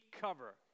cover